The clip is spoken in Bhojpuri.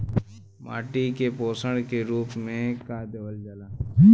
माटी में पोषण के रूप में का देवल जाला?